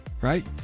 Right